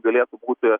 galėtų būti